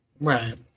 Right